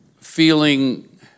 feeling